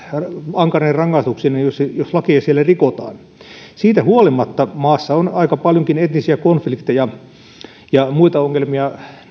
ankarine rangaistuksineen jos lakeja siellä rikotaan siitä huolimatta maassa on aika paljonkin etnisiä konflikteja ja muita ongelmia